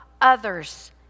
others